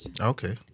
Okay